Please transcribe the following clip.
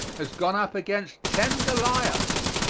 has gone up against ten goliaths.